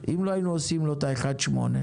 אם לא היינו עושים את המגבלה של 1.8,